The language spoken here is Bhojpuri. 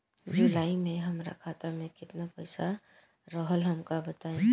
जुलाई में हमरा खाता में केतना पईसा रहल हमका बताई?